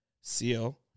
CL